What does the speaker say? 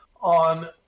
on